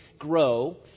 grow